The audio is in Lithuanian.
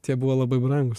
tie buvo labai brangūs